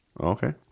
Okay